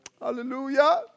Hallelujah